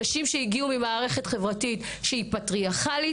נשים שהגיעו ממערכת חברתית פטריארכלית,